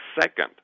second